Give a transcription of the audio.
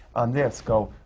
on this, go,